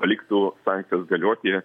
paliktų sankcijas galioti